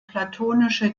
platonische